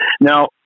Now